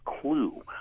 clue